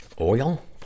oil